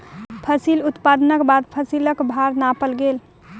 फसिल उत्पादनक बाद फसिलक भार नापल गेल